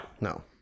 no